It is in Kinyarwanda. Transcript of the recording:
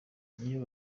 iyo